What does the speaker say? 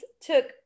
took